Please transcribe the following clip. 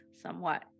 somewhat